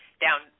down